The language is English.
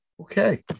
Okay